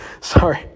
Sorry